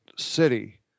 City